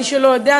למי שלא יודע,